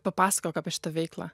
papasakok apie šitą veiklą